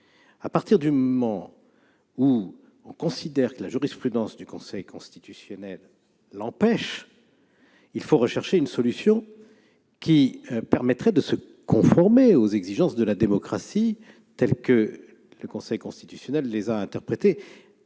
lors que l'on considère que la jurisprudence du Conseil constitutionnel l'empêche, il faut rechercher une solution permettant de se conformer aux exigences de la démocratie telles que le Conseil constitutionnel les a interprétées,